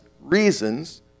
reasons